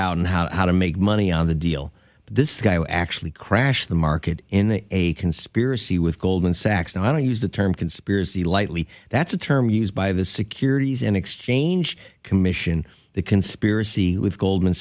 out how to make money on the deal but this guy actually crashed the market in a conspiracy with goldman sachs and i don't use the term conspiracy lightly that's a term used by the securities and exchange commission the conspiracy with goldman